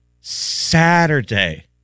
Saturday